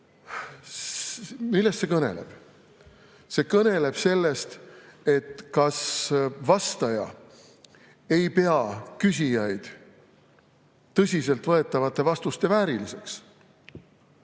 Millest see kõneleb? See kõneleb sellest, et kas vastaja ei pea küsijaid tõsiselt võetavate vastuste vääriliseks